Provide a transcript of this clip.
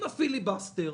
אם הפיליבסטר